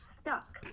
stuck